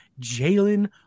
Jalen